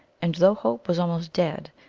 and though hope was almost dead,